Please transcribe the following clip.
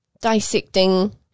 dissecting